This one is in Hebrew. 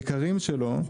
העיקרים שלו,